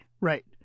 right